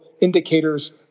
indicators